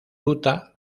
gruta